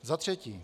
Za třetí.